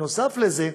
בנוסף לזה,